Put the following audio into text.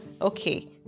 Okay